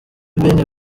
ben